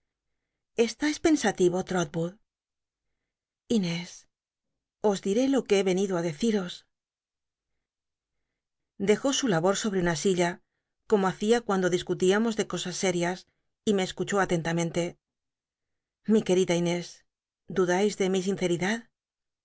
eslais pensatiyo l'rotwood lnés os diré lo que he yenido ü dcciros dejó su labor sobre una silla como hacia cuando discutíamos de cosas serias y me escuchó atentamente mi juerida inés dudais de mi ineeridad